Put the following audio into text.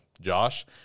Josh